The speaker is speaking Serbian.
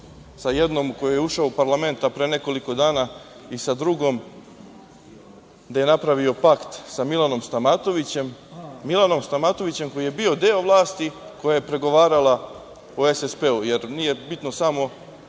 sa jednom u koju je ušao u parlament, a pre nekoliko dana i sa drugom gde je napravio pakt sa Milanom Stamatovićem, koji je bio deo vlasti koja je pregovorala o SSP, jer nije bitno samo